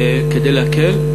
כדי להקל.